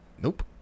Nope